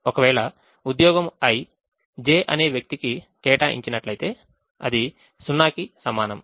ఒకవేళ ఉద్యోగం i j అనే వ్యక్తి కి కేటాయించినట్లయితే అది 0 కి సమానం